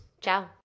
ciao